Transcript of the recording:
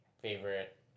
favorite